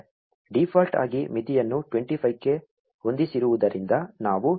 default ಆಗಿ ಮಿತಿಯನ್ನು 25 ಕ್ಕೆ ಹೊಂದಿಸಿರುವುದರಿಂದ ನಾವು ಇಲ್ಲಿ ಮೂರು ಪುಟಗಳನ್ನು ಮಾತ್ರ ನೋಡಿದ್ದೇವೆ